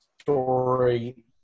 story